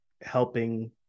helping